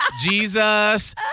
Jesus